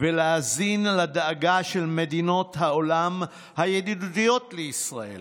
ולהאזין לדאגה של מדינות העולם הידידותיות לישראל.